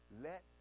Let